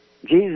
Jesus